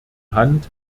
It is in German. hand